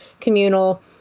communal